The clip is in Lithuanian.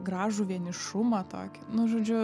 gražų vienišumą tokį nu žodžiu